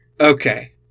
okay